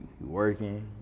working